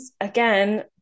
again